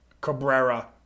Cabrera